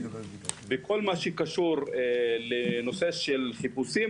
בכל מה שקשור בנושא של חיפושים,